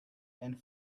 and